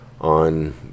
on